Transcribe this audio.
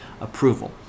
approval